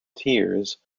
tears